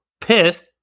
pissed